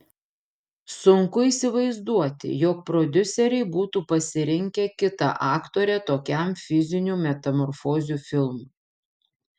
sunku įsivaizduoti jog prodiuseriai būtų pasirinkę kitą aktorę tokiam fizinių metamorfozių filmui